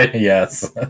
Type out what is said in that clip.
Yes